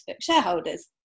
shareholders